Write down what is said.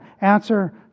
answer